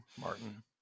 Martin